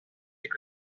avec